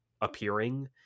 appearing